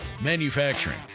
Manufacturing